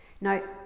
Now